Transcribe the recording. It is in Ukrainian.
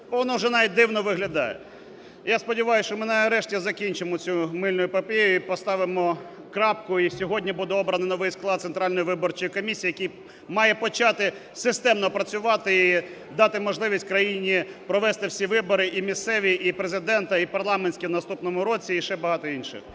он уже навіть дивно виглядає. Я сподіваюся, що ми нарешті закінчимо цю "мильну" епопею і поставимо крапку, і сьогодні буде обрано новий склад Центральної виборчої комісії, який має почати системно працювати і дати можливість країні провести всі вибори: і місцеві, і Президента, і парламентські в наступному році, і ще багато інших.